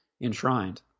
enshrined